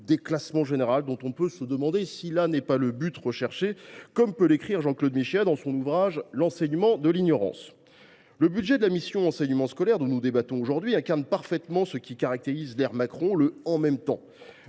de déclassement général, dont on peut se demander si ce n’est pas le but recherché, comme peut l’écrire Jean Claude Michéa dans son ouvrage. Le budget de la mission « Enseignement scolaire », dont nous débattons aujourd’hui, incarne parfaitement ce qui caractérise l’ère Macron : le « en même temps ».